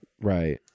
right